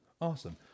Awesome